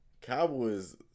Cowboys